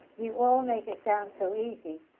you all make it sound so easy,